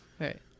Right